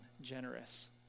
generous